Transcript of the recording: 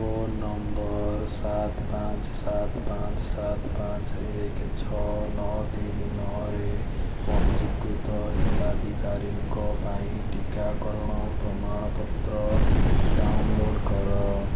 phone number ସାତ ପାଞ୍ଚ ସାତ ପାଞ୍ଚ ସାତ ପାଞ୍ଚ ଏକ ଛଅ ନଅ ତିନି ନଅରେ ପଞ୍ଜୀକୃତ ହିତାଧିକାରୀଙ୍କ ପାଇଁ ଟିକାକରଣ ପ୍ରମାଣପତ୍ର ଡାଉନଲୋଡ଼୍ କର